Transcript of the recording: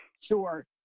Sure